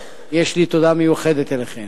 יש לי תודה מיוחדת אליכן.